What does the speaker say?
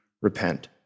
repent